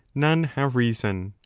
none have reason.